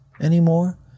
anymore